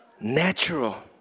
Natural